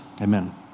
Amen